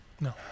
No